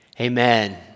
amen